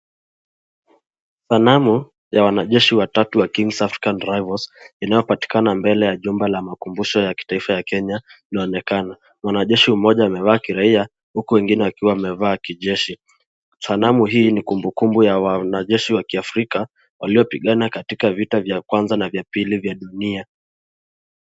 Sanamu ya wanajeshi watatu wa Kingsafrican Rivals linalopatikana mbele ya jumba la makumbusho ya kitaifa ya Kenya inaonekana. Mwanajeshi mmoja mevaa kiraia, huku wengine wakiwa wamevaa kijeshi. Sanamu hii ni kumbukumbu ya wanajeshi wa kiafrika, waliopigana katika vita vya kwanza na vya pili vya dunia.